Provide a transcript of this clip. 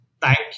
Thank